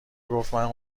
گفتمن